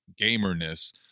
gamerness